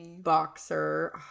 boxer